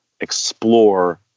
explore